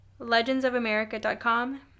Legendsofamerica.com